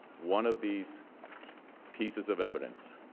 one of these pieces of evidence,